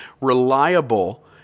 reliable